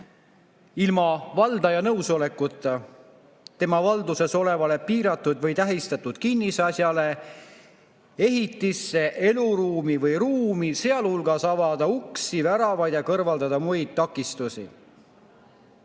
ilma valdaja nõusolekuta tema valduses olevale piiratud või tähistatud kinnisasjale, ehitisse, eluruumi või ruumi, sealhulgas avada uksi, väravaid ja kõrvaldada muid takistusi.